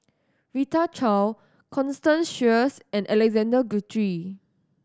Rita Chao Constance Sheares and Alexander Guthrie